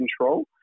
control